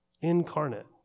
incarnate